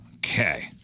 Okay